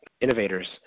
innovators